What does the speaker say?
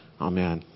Amen